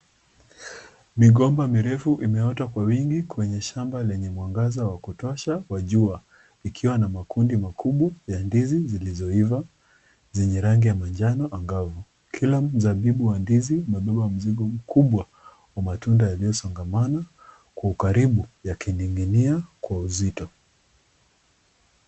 Migomba mirefu imeota kwa wingi kwenye shamba lenye mwangaza wa kutosha wa jua ikiwa na makundi makubwa ya ndizi zilizoiva zenye rangi ya manjano angavu. Kila mzabibu wa ndizi umebeba mzigo mkubwa wa matunda yaliyosongamana kwa ukarimu yakining'inia kwa uzito.